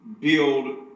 build